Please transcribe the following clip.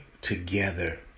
together